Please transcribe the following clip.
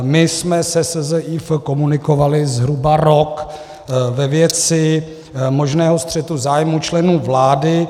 My jsme se SZIF komunikovali zhruba rok ve věci možného střetu zájmů členů vlády.